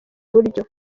buryo